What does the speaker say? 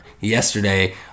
yesterday